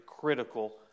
critical